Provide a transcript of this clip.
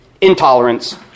intolerance